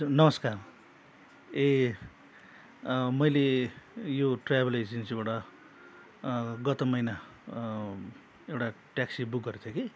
हजुर नमस्कार ए मैले यो ट्राभल एजेन्सीबाट गत महिना एउटा ट्याक्सी बुक गरेक थिएँ कि